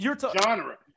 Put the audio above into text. genre